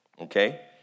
okay